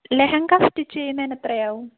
lehenga stitch ചെയ്യുന്നതിന് എത്രയാവും